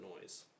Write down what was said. noise